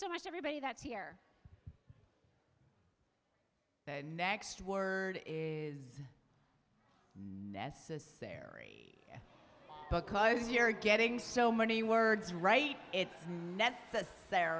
so much everybody that's here the next word is necessary because you're getting so many words right it's necessary